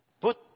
put